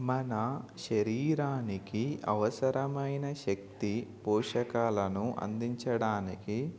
మన శరీరానికి అవసరమైన శక్తి పోషకాలను అందించడానికి